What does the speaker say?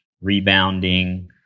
rebounding